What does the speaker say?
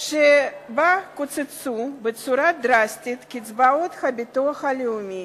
שבה קוצצו בצורה דרסטית קצבאות הביטוח הלאומי,